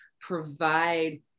provide